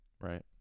Right